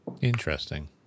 Interesting